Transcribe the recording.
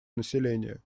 населения